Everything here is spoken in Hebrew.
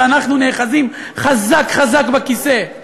ואנחנו נאחזים חזק חזק בכיסא.